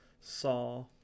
Saw